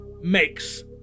makes